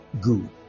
Good